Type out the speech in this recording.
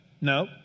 no